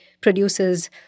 produces